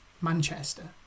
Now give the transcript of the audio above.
Manchester